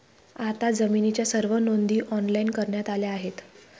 आता जमिनीच्या सर्व नोंदी ऑनलाइन करण्यात आल्या आहेत